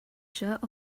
shirt